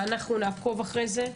ואנחנו נעקוב אחרי זה,